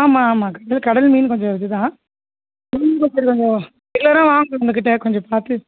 ஆமாம் ஆமாம் கடல் கடல் மீன் கொஞ்சம் இது தான் மீன் பிடிக்கிறவங்க ரெகுலராக வாங்குறோம் உங்கள்கிட்ட கொஞ்சம் பார்த்து